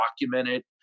documented